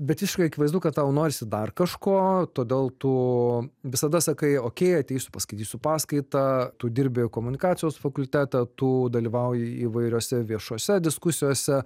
bet visiškai akivaizdu kad tau norisi dar kažko todėl tų visada sakai okei ateisiu paskaitysiu paskaitą tu dirbi komunikacijos fakultete tu dalyvauji įvairiose viešose diskusijose